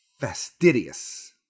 fastidious